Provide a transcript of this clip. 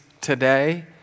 today